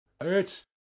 It's